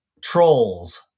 trolls